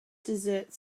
dessert